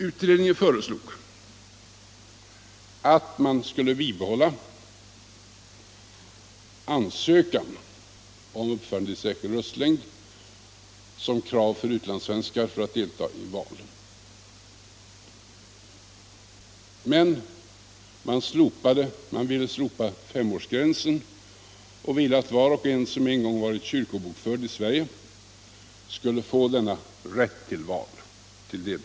Utredningen föreslog att man skulle bibehålla ansökan om uppförande i särskild röstlängd såsom krav för att utlandssvenskar skulle få delta i val. Men utredningen ville slopa femårsgränsen och ansåg att var och en som en gång varit kyrkobokförd i Sverige skulle ha rätt att delta i val.